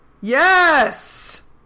Yes